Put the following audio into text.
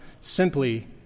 simply